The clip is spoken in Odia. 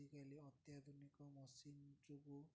ଆଜିକାଲି ଅତ୍ୟାଧୁନିକ ମେସିନ୍ ଯୋଗୁଁ